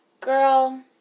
girl